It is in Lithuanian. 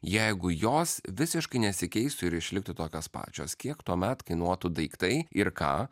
jeigu jos visiškai nesikeistų ir išliktų tokios pačios kiek tuomet kainuotų daiktai ir ką